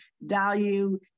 value